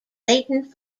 latent